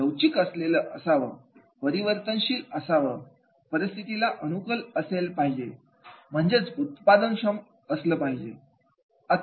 लवचिक असले पाहिजे परिवर्तनशील असले पाहिजे परिस्थितीला अनुकूल असले पाहिजे आणि उत्पादनक्षम असलं पाहिजे